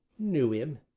knew him,